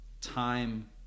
time